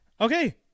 Okay